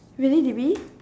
really to be